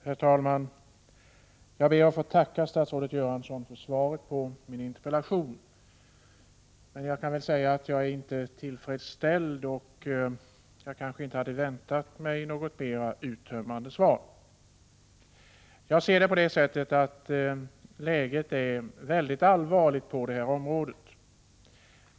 Herr talman! Jag ber att få tacka statsrådet Göransson för svaret på min interpellation, men jag kan väl säga att jag inte är tillfredsställd. Jag hade dock inte väntat mig något mera uttömmande svar. Läget är väldigt allvarligt på detta område.